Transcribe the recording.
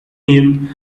him